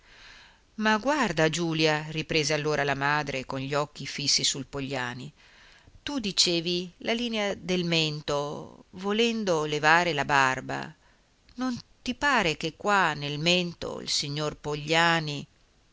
ma guarda giulia riprese allora la madre con gli occhi fissi sul pogliani tu dicevi la linea del mento volendo levare la barba non ti pare che qua nel mento il signor pogliani